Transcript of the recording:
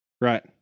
Right